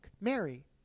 Mary